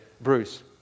Bruce